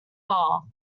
bar